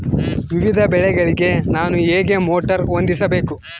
ವಿವಿಧ ಬೆಳೆಗಳಿಗೆ ನಾನು ಹೇಗೆ ಮೋಟಾರ್ ಹೊಂದಿಸಬೇಕು?